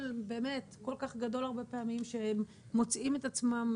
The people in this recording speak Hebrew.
באמת כל כך גדול הרבה פעמים שהם מוצאים את עצמם